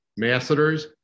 masseters